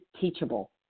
teachable